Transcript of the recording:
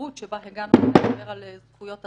שהיהירות שבה דובר על זכויות אדם,